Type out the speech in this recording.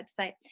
website